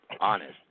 honest